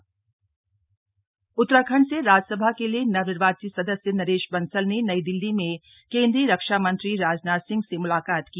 नरेश बसल उत्तराखंड से राज्यसभा के लिए नवनिर्वाचित सदस्य नरेश बंसल ने नई दिल्ली में केन्द्रीय रक्षा मंत्री राजनाथ सिंह से म्लाकात की